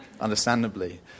understandably